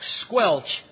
squelch